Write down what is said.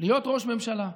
להיות ראש ממשלה,